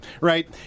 right